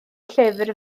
llyfr